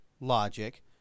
logic